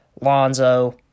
Lonzo